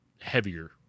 heavier